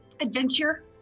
Adventure